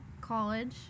college